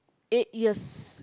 eight years